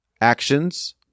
actions